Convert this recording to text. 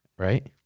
right